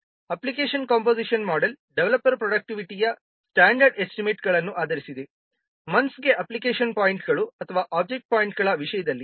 application composition model developer ಪ್ರೋಡಕ್ಟಿವಿಟಿಯ standard ಎಸ್ಟಿಮೇಟ್ಗಳನ್ನು ಆಧರಿಸಿದೆ ಮೊಂತ್ಸ್ಗೆ ಅಪ್ಲಿಕೇಶನ್ ಪಾಯಿಂಟ್ಗಳು ಅಥವಾ ಒಬ್ಜೆಕ್ಟ್ ಪಾಯಿಂಟ್ಗಳ ವಿಷಯದಲ್ಲಿ